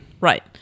Right